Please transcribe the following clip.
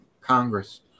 Congress